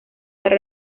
para